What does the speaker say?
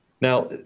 Now